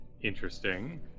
Interesting